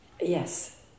Yes